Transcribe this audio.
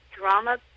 drama